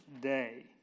day